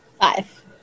Five